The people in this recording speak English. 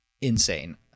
insane